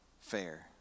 fair